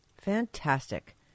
Fantastic